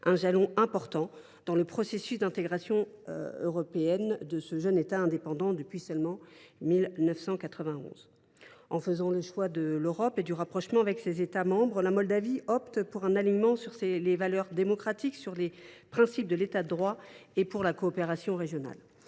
un jalon important dans le processus d’intégration européenne de ce jeune État, indépendant depuis seulement 1991. En faisant le choix de l’Europe et du rapprochement avec ses États membres, la Moldavie opte pour un alignement sur les valeurs démocratiques, sur les principes de l’État de droit et pour la coopération régionale.